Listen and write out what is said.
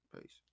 Peace